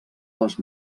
les